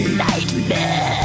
nightmare